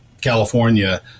California